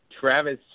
Travis